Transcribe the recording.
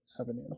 avenue